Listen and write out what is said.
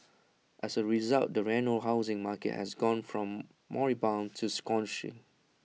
as A result the Reno housing market has gone from moribund to scorching